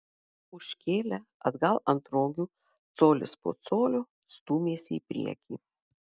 užkėlę atgal ant rogių colis po colio stūmėsi į priekį